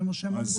זה מה שהם אמרו לי.